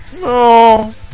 No